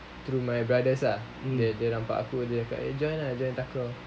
through my brothers ah dia dia nampak aku dia cakap eh join ah join ah takraw